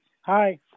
Hi